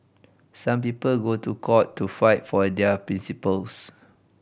some people go to court to fight for their principles